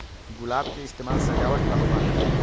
गुलाब के इस्तेमाल सजावट ला होबा हई